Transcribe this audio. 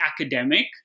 academic